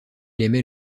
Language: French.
aimait